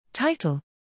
Title